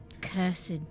cursed